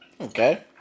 Okay